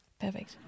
Perfect